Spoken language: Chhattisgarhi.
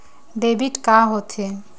डेबिट का होथे?